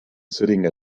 sitting